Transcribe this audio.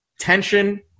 tension